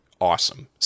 awesome